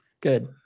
good